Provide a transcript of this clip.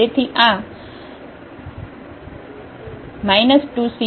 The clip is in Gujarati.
તેથી આ ⟹ 2C1 C2 0